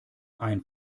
ein